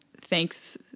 thanks